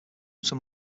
some